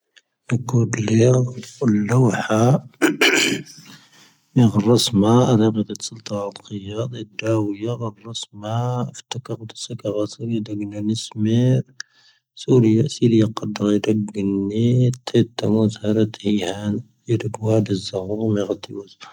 ⵢⵡⵊⴷ ⵃⵍⵡⵀⴰ ⵎⵏⵀ ⵔⵙⵎⵜ ⴰⵏⴰ ⵎⵡⵊⵡⴷ ⵙⵍⵟⵜ ⴰⵍⵇⵢⴰⴷⵜ. ⵡⵢⵡⵊⴷ ⵔⵙⵎⵜ ⴰⴼⵜⴽⴰⵔ ⵜⵙⴽⴽ ⵡⵚⵡⵔⵢ ⴷⵖⵏⵜ ⵏⵙⵎⵢⵔ. ⵙⵡⵔⵢⴰ ⵙⵢⵔⵢⵜ ⵇⴷⵔ ⴷⵖⵏⵜ ⵜⴷⵏⵀ ⵣⴰⵔⵜ ⴰⵢⵀⴰⵏ ⵢⴷⴽⵡⴰⴷ ⴰⵍⵣⵖⵡⵔ ⵎⵖⵜⵢⵡⵣ.